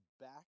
back